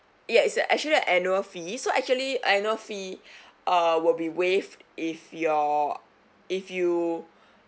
yes it's a actually an annual fee so actually annual fee uh will be waived if you're if you